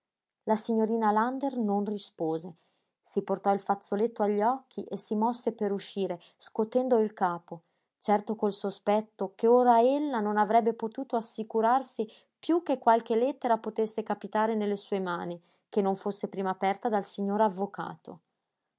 la signorina lander non rispose si portò il fazzoletto agli occhi e si mosse per uscire scotendo il capo certo col sospetto che ora ella non avrebbe potuto assicurarsi piú che qualche lettera potesse capitare nelle sue mani che non fosse prima aperta dal signor avvocato